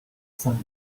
sandy